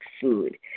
food